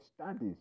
studies